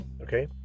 okay